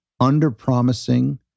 under-promising